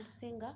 singer